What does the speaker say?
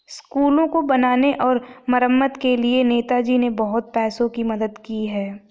स्कूलों को बनाने और मरम्मत के लिए नेताजी ने बहुत पैसों की मदद की है